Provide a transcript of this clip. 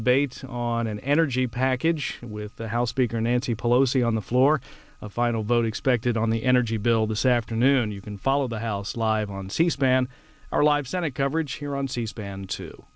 debate on an energy package with the house speaker nancy pelosi on the floor a final vote expected on the energy bill this afternoon you can follow the house live on c span our live set of coverage here on c span to